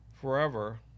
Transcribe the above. forever